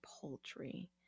poultry